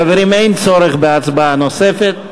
חברים, אין צורך בהצבעה נוספת.